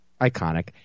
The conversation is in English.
Iconic